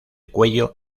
cuello